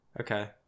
okay